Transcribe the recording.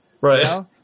Right